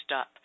up